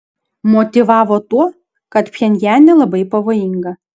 motyvavo tuo kad pchenjane labai pavojinga